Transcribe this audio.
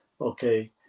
okay